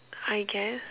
I guess